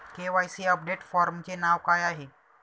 KYC update फॉर्मचे नाव काय आहे?